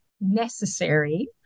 necessary